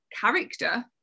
character